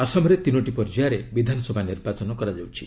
ଆସାମରେ ତିନୋଟି ପର୍ଯ୍ୟାୟରେ ବିଧାନସଭା ନିର୍ବାଚନ କରାଯାଉଛି